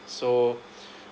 so